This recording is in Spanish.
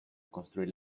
construir